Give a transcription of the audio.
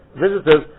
visitors